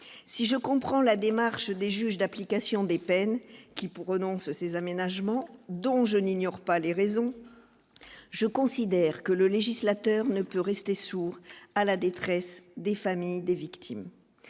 si je comprends la démarche des juges d'application des peines qui pour prenons ces aménagements dont je n'ignore pas les raisons, je considère que le législateur ne peut rester sourd à la détresse des familles des victimes,